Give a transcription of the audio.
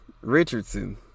Richardson